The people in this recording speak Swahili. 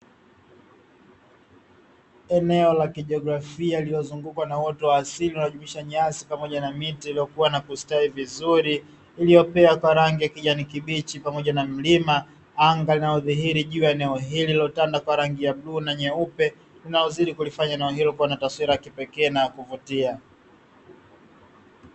Eneo la kijografia lililozungukwa na watu wa asili pamoja na miti iliyokuwa na kustawi vizuri, iliyopea kwa rangi ya kijani kibichi pamoja na milima anga linalodhihiri juu ya eneo hilo na nyeupe mnaozidi kulifanya na hilo kuwa na taswira ya kipekee na kuvutia.